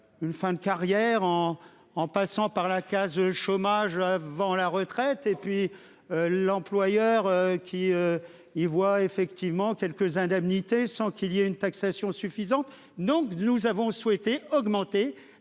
Une fin de carrière en en passant par la case chômage avant la retraite et puis. L'employeur qui y voit effectivement quelques indemnités sans qu'il y ait une taxation suffisante, donc nous avons souhaité augmenter